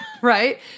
right